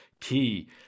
key